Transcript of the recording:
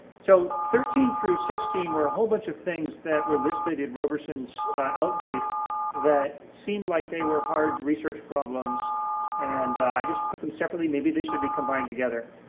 so thirteen through sixteen were a whole bunch of things that were listed in roberson's outbrief that seemed like they were hard research problems and i just put them separately, maybe they should be combined together.